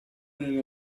nella